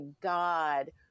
God